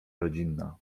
rodzinna